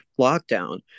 lockdown